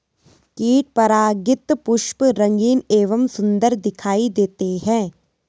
कीट परागित पुष्प रंगीन एवं सुन्दर दिखाई देते हैं